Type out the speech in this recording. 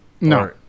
no